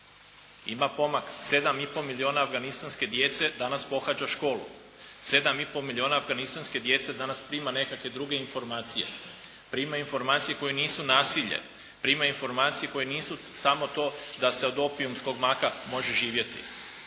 ima pomaka. 7 i pol milijuna afganistanske djece danas pohađa školu. 7 i pol milijuna afganistanske djece danas prima nekakve druge informacije, prima informacije koje nisu nasilje, prima informacije koje nisu samo to da se od opijumskog maka može živjeti.